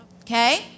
Okay